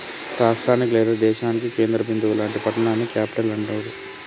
రాష్టానికి లేదా దేశానికి కేంద్ర బిందువు లాంటి పట్టణాన్ని క్యేపిటల్ అంటాండ్రు